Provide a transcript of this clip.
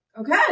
Okay